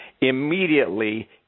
immediately